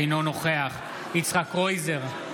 אינו נוכח יצחק קרויזר,